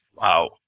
Wow